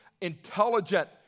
intelligent